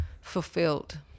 fulfilled